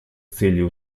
целью